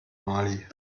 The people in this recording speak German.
mali